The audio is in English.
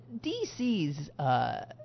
D.C.'s